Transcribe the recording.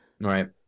Right